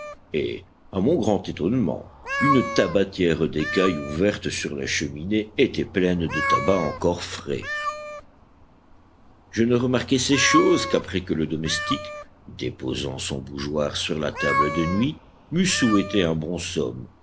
et à mon grand étonnement une tabatière d'écaille ouverte sur la cheminée était pleine de tabac encore frais je ne remarquai ces choses qu'après que le domestique déposant son bougeoir sur la table de nuit m'eut souhaité un bon somme